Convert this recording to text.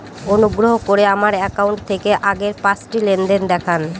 অনুগ্রহ করে আমার অ্যাকাউন্ট থেকে আগের পাঁচটি লেনদেন দেখান